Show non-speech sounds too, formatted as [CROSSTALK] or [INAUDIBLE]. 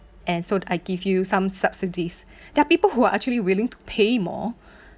and so I give you some subsidies [BREATH] there are people who are actually willing to pay more [BREATH]